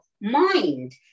mind